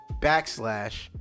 backslash